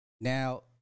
Now